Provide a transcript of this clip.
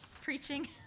preaching